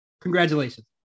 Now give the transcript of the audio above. Congratulations